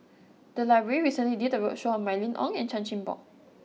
the library recently did a roadshow on Mylene Ong and Chan Chin Bock